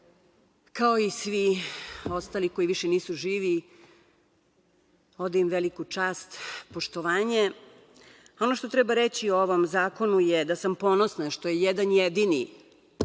kao i svi ostali koji više nisu živi, odam im veliku čast i poštovanje. Ono što treba reći o ovom zakonu je da sam ponosna što je jedan jedini